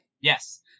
Yes